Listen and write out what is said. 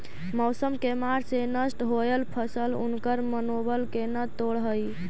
मौसम के मार से नष्ट होयल फसल उनकर मनोबल के न तोड़ हई